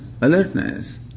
alertness